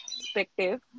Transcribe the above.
perspective